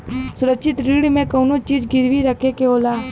सुरक्षित ऋण में कउनो चीज गिरवी रखे के होला